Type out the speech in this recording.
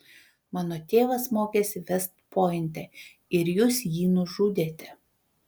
mano tėvas mokėsi vest pointe ir jūs jį nužudėte